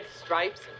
stripes